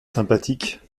sympathique